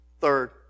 Third